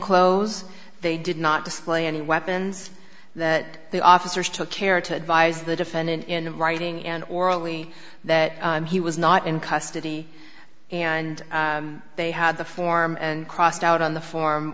clothes they did not display any weapons that the officers took care to advise the defendant in writing and orally that he was not in custody and they had the form and crossed out on the form